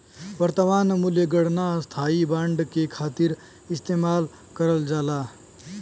वर्तमान मूल्य गणना स्थायी बांड के खातिर इस्तेमाल करल जाला